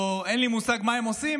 או אין לי מושג מה הם עושים,